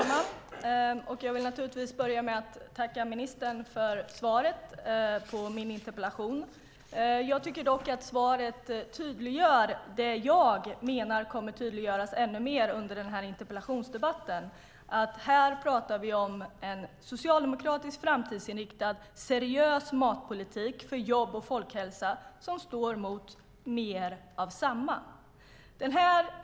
Herr talman! Jag tackar ministern för svaret på min interpellation. Svaret tydliggör dock det som jag menar kommer att bli ännu tydligare under denna interpellationsdebatt, nämligen att en socialdemokratisk, framtidsinriktad och seriös matpolitik för jobb och folkhälsa står mot regeringens mer av samma.